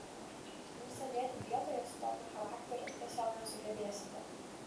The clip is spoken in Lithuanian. nusėdėti vietoje su tokiu charakteriu tiesiog nesugebėsite